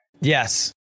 Yes